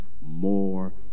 more